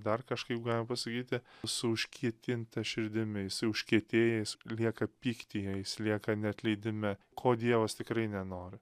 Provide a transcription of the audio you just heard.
dar kažkaip galima pasakyti su užkietinta širdimi jisai užkietėjęs lieka pykti jei jis lieka neatleidime ko dievas tikrai nenori